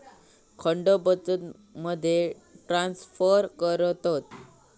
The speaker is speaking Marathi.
फंड बॅचमध्ये ट्रांसफर करतत